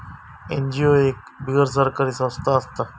NGO एक बिगर सरकारी संस्था असता